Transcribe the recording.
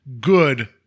good